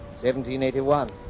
1781